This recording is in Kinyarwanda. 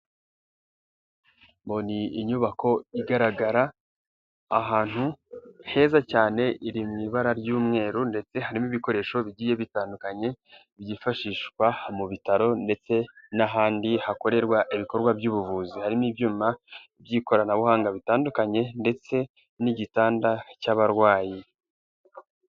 Ngo ni inyubako igaragara, ahantu heza cyane iri mu ibara ry'umweru ndetse harimo ibikoresho bigiye bitandukanye, byifashishwa mu bitaro ndetse n'ahandi hakorerwa ibikorwa by'ubuvuzi, harimo ibyuma by'ikoranabuhanga bitandukanye ndetse n'igitanda cy'abarwayi.